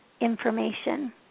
information